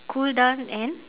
cool down and